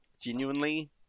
genuinely